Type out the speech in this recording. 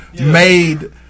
made